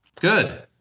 Good